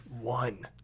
one